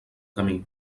camí